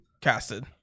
casted